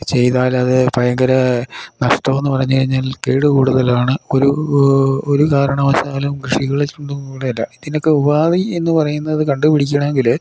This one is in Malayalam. ചെയ്താലത് ഭയങ്കര നഷ്ടമാണെന്നു പറഞ്ഞു കഴിഞ്ഞാൽ കേട് കൂടുതലാണ് ഒരു ഒരു കാരണവശാലും കൃഷികളെ രണ്ടും കൂടെ അല്ല ഇതിനൊക്കെ ഉപാദി എന്നു പറയുന്നത് കണ്ടുപിടിക്കണമെങ്കിൽ